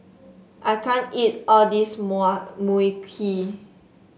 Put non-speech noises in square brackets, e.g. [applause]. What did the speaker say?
I can't eat all this [unintelligible] Mui Kee